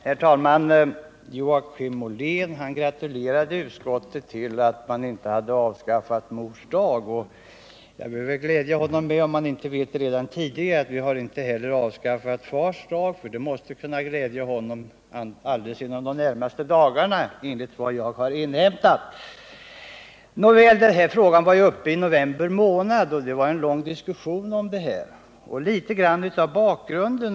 Herr talman! Joakim Ollén gratulerade utskottet till att det inte hade avskaffat Mors dag. Jag kan då glädja honom med — om han inte visste det tidigare — att vi inte heller har avskaffat Fars dag, något som, enligt vad jag inhämtat, inom de närmaste dagarna bör framstå som speciellt glädjande för Joakim Ollén. Denna fråga var uppe till behandling i november, och vi hade då en lång diskussion om detta. Jag vill ange något av bakgrunden.